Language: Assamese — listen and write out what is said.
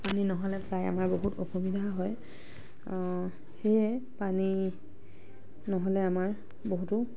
পানী নহ'লে প্ৰায় আমাৰ অসুবিধাই হয় সেয়ে পানী নহ'লে আমাৰ বহুতো